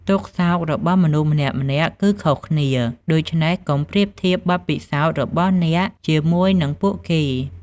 ទុក្ខសោករបស់មនុស្សម្នាក់ៗគឺខុសគ្នា ដូច្នេះកុំប្រៀបធៀបបទពិសោធន៍របស់អ្នកជាមួយនឹងពួកគេ។